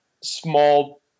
small